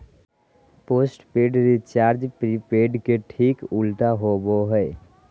postpaid recharge prepaid के ठीक उल्टा होबो हइ